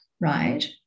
right